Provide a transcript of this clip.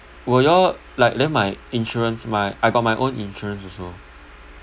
will you all like claim my insurance my I got my own insurance also